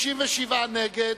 67 נגד,